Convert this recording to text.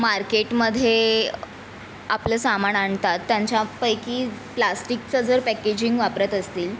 मार्केटमध्ये आपलं सामान आणतात त्यांच्यापैकी प्लास्टिकचं जर पॅकेजिंग वापरत असतील